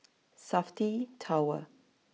Safti Tower